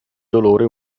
dolore